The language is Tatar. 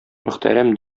мөхтәрәм